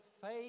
faith